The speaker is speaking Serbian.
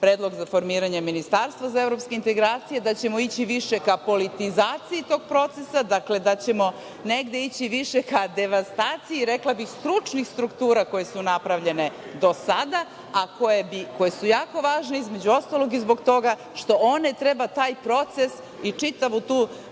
predlog za formiranje ministarstva za evropske integracije, da ćemo ići više ka politizaciji tog procesa, dakle, da ćemo negde ići više ka devastaciji stručnih struktura koje su napravljene do sada, a koje su jako važne između ostalog i zbog toga što one treba taj proces i čitavu tu strukturu